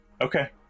Okay